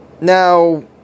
Now